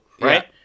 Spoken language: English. right